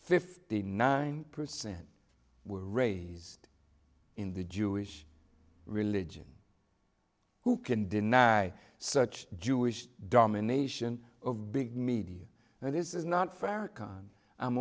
fifty nine percent were raised in the jewish religion who can deny search jewish domination of big media and this is not